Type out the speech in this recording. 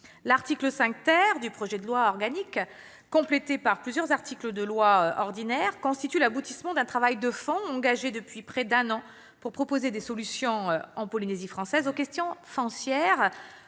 L'article 5 du projet de loi organique, complété par plusieurs articles du projet de loi ordinaire, constitue l'aboutissement d'un travail de fond engagé depuis près d'un an pour proposer des solutions en Polynésie française aux questions foncières.